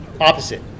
Opposite